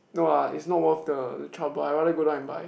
no lah it's not worth the trouble I rather go down and buy